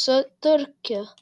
su turkiu